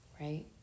right